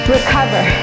Recover